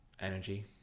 energy